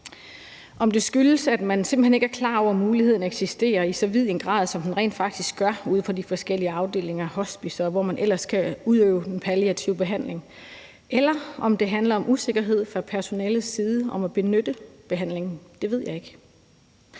Om det skyldes, at man simpelt hen ikke er klar over, at muligheden eksisterer i så vid en grad, som den rent faktisk gør ude på de forskellige afdelinger, hospicer, og hvor man ellers kan udøve den palliative behandling, eller om det handler om usikkerhed fra personalets side om at benytte behandlingen, ved jeg ikke.